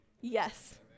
Yes